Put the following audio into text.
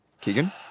Keegan